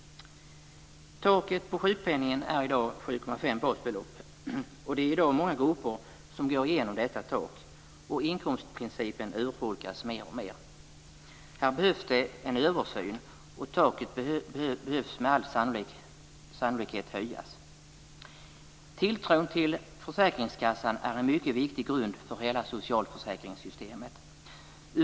Taket på sjukpenningen är i dag 7,5 basbelopp. Det är i dag många grupper som går igenom detta tak, och inkomstbortfallsprincipen urholkas mer och mer. Här behövs det en översyn, och taket behöver med all sannolikhet höjas. Tilltron till försäkringskassan är en mycket viktig grund för hela socialförsäkringssystemet.